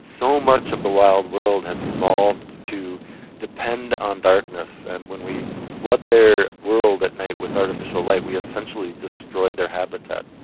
so much of the wild world has evolved to depend on darkness. and when we flood their world at night with artificial light we essentially destroy their habitat.